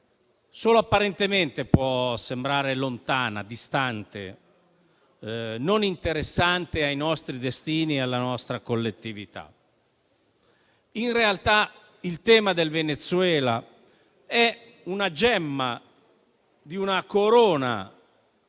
società civile, può sembrare lontana, distante, non interessante per i nostri destini e la nostra collettività. In realtà, il tema del Venezuela è una gemma di una corona,